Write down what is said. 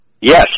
Yes